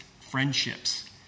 friendships